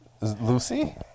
Lucy